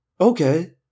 Okay